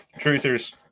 Truthers